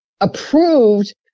approved